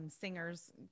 singers